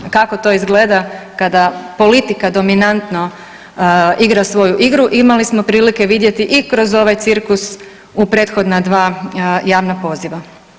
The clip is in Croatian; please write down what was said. Kako to izgleda kada politika dominantno igra svoju igru, imali smo prilike vidjeti i kroz ovaj cirkus u prethodna dva javna poziva.